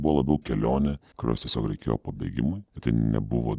buvo labiau kelionė kurios tiesiog reikėjo pabėgimui ir tai nebuvo